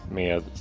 med